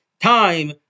time